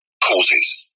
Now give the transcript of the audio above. causes